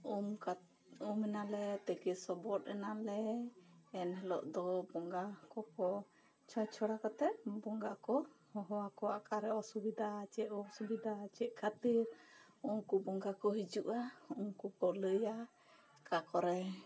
ᱩᱢ ᱠᱟᱛᱮ ᱩᱢ ᱮᱱᱟ ᱞᱮ ᱛᱮᱠᱮ ᱥᱚᱵᱚᱜ ᱮᱱᱟ ᱞᱮ ᱮᱱ ᱦᱤᱞᱚᱜ ᱫᱚ ᱵᱚᱸᱜᱟ ᱠᱚᱠᱚ ᱪᱷᱚᱲᱪᱷᱚᱲᱟ ᱠᱟᱛᱮᱜ ᱵᱚᱸᱜᱟ ᱠᱚ ᱦᱚᱦᱚ ᱟᱠᱚᱣᱟ ᱚᱠᱟ ᱨᱮ ᱚᱥᱩᱵᱤᱫᱷᱟ ᱪᱮᱫᱽ ᱚᱥᱩᱵᱤᱫᱷᱟ ᱚᱠᱟ ᱨᱮ ᱪᱮᱫᱽ ᱠᱷᱟᱹᱛᱤᱨ ᱩᱱᱠᱩ ᱵᱚᱸᱜᱟ ᱠᱚ ᱦᱤᱡᱩᱜ ᱟ ᱩᱱᱠᱩ ᱠᱚ ᱞᱟᱹᱭᱟ ᱚᱠᱟ ᱠᱚᱨᱮ